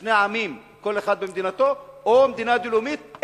שני עמים, כל אחד במדינתו, או מדינה דו-לאומית.